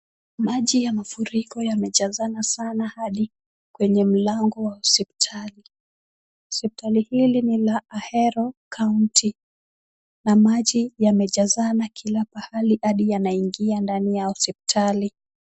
Maji ya mafuriko yamejazana sana hadi kwenye mlango wa hospitali. Hopitali hili ni la Ahero kaunti na maji yamejazana kila pahali bado yanaingia ndani ya hospitali.